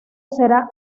será